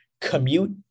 commute